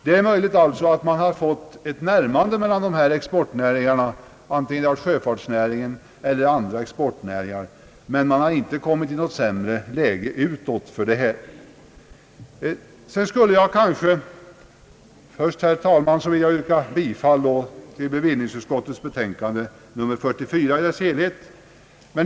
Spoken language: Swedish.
Det är alltså möjligt att det blivit ett närmande mellan sjöfartsnäringen och andra exportnäringar, men sjöfartsnäringen har fördenskull inte kommit i något sämre läge utåt. Jag vill, herr talman, yrka bifall till bevillningsutskottets betänkande nr 44 i dess helhet.